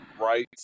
right